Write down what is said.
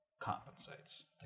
compensates